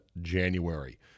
January